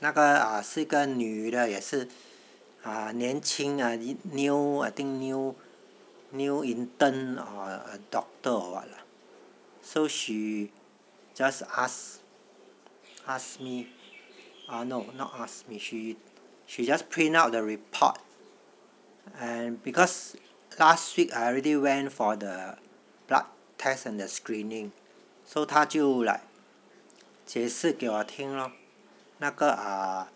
那个 ah 是个女的也是 ah 年轻 uh new I think new new intern or doctor or what lah so she just asked asked me err no not asked me she just print out the report and because last week I already went for the blood test and the screening so 她就 like 解释给我听咯那个 err